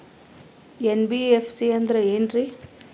NBFC ಅಂದ್ರ ಏನ್ರೀ?